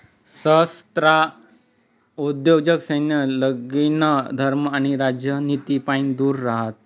सहस्त्राब्दी उद्योजक सैन्य, लगीन, धर्म आणि राजनितीपाईन दूर रहातस